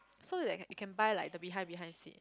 so that you can buy like the behind behind seat